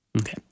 Okay